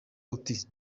uti